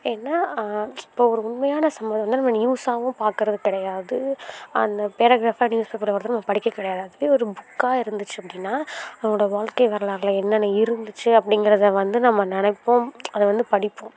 ஏன்னா இப்போ ஒரு உண்மையான சம்பவம் வந்து நம்ம நியூஸ்ஸாகவும் பார்க்கறது கிடையாது அந்த பேரக்ராஃப்பாக நியூஸ்பேப்பரில் வரதை நம்ம படிக்கிறது கிடையாது அதுவே ஒரு புக்காக இருந்துச்சு அப்படினா நம்ளோட வாழ்க்கை வரலாறில் என்னன்ன இருந்துச்சு அப்படிங்கறத வந்து நம்ம நினைப்போம் அதை வந்து படிப்போம்